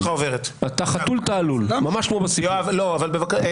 חוסר היכולת שלך להמתין עוד מספר ימים למיצוי הדיון,